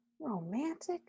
romantic